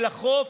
אל החוף,